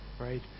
right